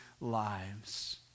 lives